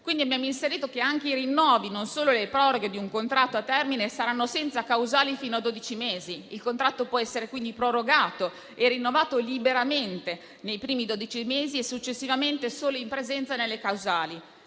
quindi, che anche i rinnovi, e non solo le proroghe di un contratto a termine, saranno senza causali fino a dodici mesi e il contratto può essere, quindi, prorogato e rinnovato liberamente nei primi dodici mesi, e successivamente solo in presenza delle causali.